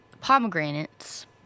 pomegranates